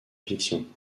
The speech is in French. fiction